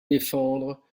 défendre